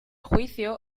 juicio